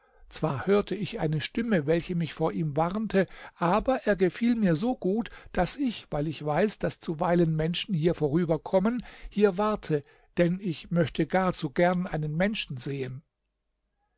zwar hörte ich eine stimme welche mich vor ihm warnte aber er gefiel mir so gut daß ich weil ich weiß daß zuweilen menschen hier vorüberkommen hier warte denn ich möchte gar zu gern einen menschen sehen